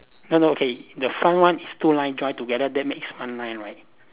no no okay the front one is two line join together then makes one line right